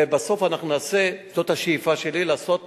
ובסוף, זאת השאיפה שלי: לעשות